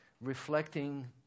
reflecting